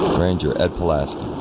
ranger ed pulaski